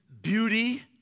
Beauty